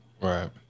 Right